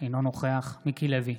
אינו נוכח מיקי לוי,